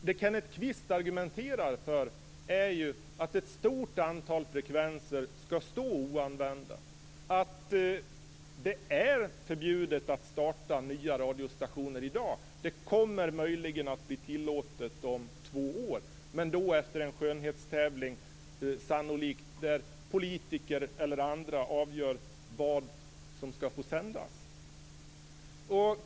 Fru talman! Yttrandefriheten grundas på ett antagande om mångfald. Det skall vara möjligt att starta och driva radiostationer. De frekvenser som är tillgängliga skall användas. Kenneth Kvist argumenterar för att ett stort antal frekvenser skall stå oanvända, att det är förbjudet att starta nya radiostationer i dag, att det möjligen kommer att bli tillåtet om två år, men då efter en skönhetstävling där politiker eller andra avgör vad som skall få sändas.